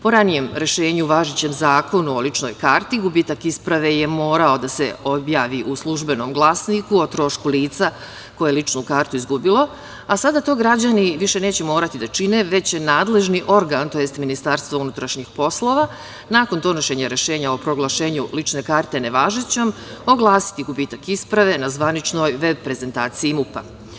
Po ranijem rešenju u važećem Zakonu o ličnoj karti gubitak isprave je morao da se objavi u „Službenom glasniku“ o trošku lica koje je lično kartu izgubilo, a sada to građani više neće morati da čine, već će nadležni organ, tj. Ministarstvo unutrašnjih poslova, nakon donošenja rešenja o proglašenju lične karte nevažećom, oglasiti gubitak isprave na zvaničnoj veb prezentaciji MUP.